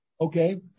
Okay